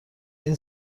این